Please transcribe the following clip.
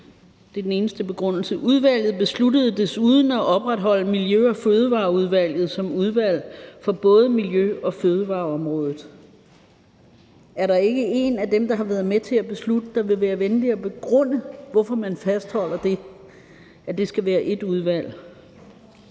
det er den eneste begrundelse – »at opretholde Miljø- og Fødevareudvalget som udvalg for både miljø- og fødevareområdet ...« Er der ikke en af dem, der har været med til at beslutte det, der vil være venlig at begrunde, hvorfor man fastholder, at det skal være ét udvalg?